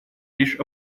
лишь